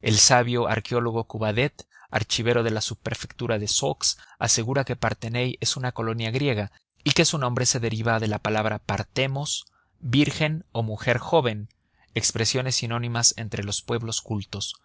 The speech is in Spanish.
el sabio arqueólogo cubaudet archivero de la subprefectura de sceaux asegura que parthenay es una colonia griega y que su nombre se deriva de la palabra parthemos virgen o mujer joven expresiones sinónimas entre los pueblos cultos